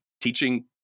teaching